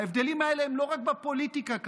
ההבדלים האלה הם לא רק בפוליטיקה כאן,